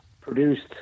produced